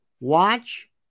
watch